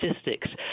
statistics